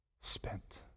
spent